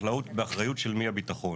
באחריות של מי הביטחון?